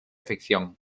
ficción